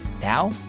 now